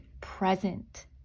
present